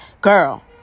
girl